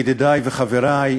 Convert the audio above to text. ידידי וחברי,